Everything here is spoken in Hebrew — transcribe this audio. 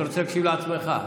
אתה רוצה להקשיב לעצמך.